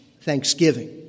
thanksgiving